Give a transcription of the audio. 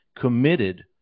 committed